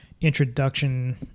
introduction